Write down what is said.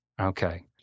Okay